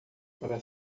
para